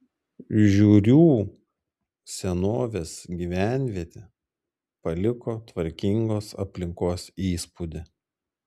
žiūrių senovės gyvenvietė paliko tvarkingos aplinkos įspūdį